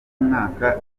umwaka